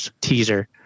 teaser